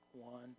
one